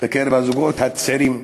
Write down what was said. הזוגות הצעירים.